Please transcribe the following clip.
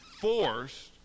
forced